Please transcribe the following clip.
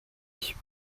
ich